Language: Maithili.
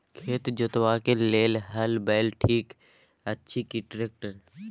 खेत जोतबाक लेल हल बैल ठीक अछि की ट्रैक्टर?